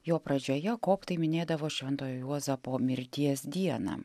jo pradžioje koptai minėdavo šventojo juozapo mirties dieną